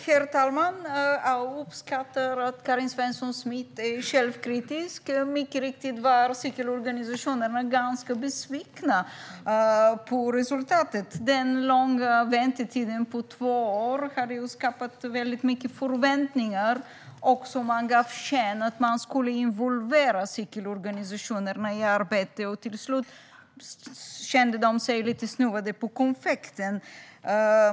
Herr talman! Jag uppskattar att Karin Svensson Smith är självkritisk. Mycket riktigt var cykelorganisationerna ganska besvikna på resultatet. Den långa väntetiden på två år har skapat stora förväntningar. Man gav sken av att man skulle involvera sig med organisationerna. Till slut kände de sig lite snuvade på konfekten.